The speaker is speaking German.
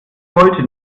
wollte